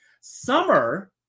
Summer